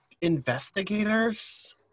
investigators